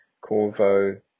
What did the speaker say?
Corvo